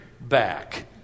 back